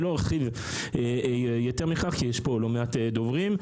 לא ארחיב יותר מכך כי יש לא מעט דוברים,